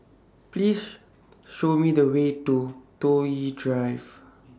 Please Show Me The Way to Toh Yi Drive